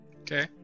Okay